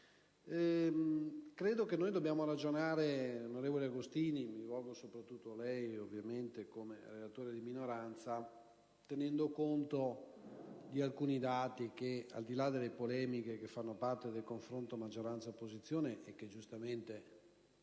Credo si debba ragionare, senatore Agostini - mi rivolgo soprattutto a lei come relatore di minoranza - tenendo conto di alcuni dati, al di là delle polemiche, che fanno parte del confronto maggioranza-opposizione, che giustamente